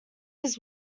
his